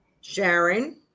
Sharon